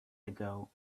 ago